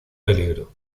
peligro